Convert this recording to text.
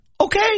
okay